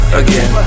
again